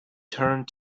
turned